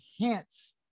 enhance